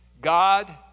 God